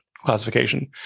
classification